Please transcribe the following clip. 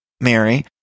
Mary